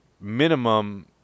minimum